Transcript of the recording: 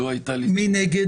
מי נגד?